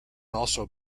also